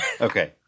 Okay